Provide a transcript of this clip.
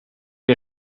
een